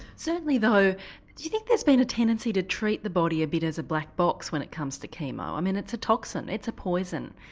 certainly though, do you think there's been a tendency to treat the body a bit as a black box when it comes to chemo? i mean it's a toxin, it's a poison,